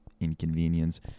inconvenience